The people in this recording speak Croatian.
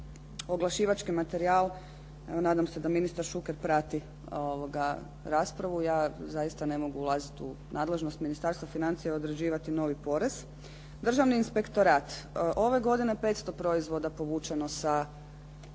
oglašivački materijal, nadam se da ministar Šuker prati raspravu. Ja zaista ne mogu ulaziti u nadležnost Ministarstva financija i određivati novi porez. Državni inspektorat. Ove godine 500 proizvoda povućeno sa